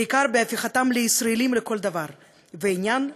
ובעיקר בהפיכתם לישראלים לכל דבר ועניין,